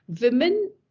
Women